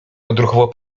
odruchowo